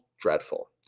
dreadful